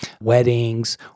weddings